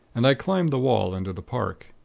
and i climbed the wall into the park.